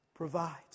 provide